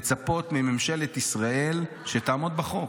תפסיק לצפות מממשלת ישראל שתעמוד בחוק,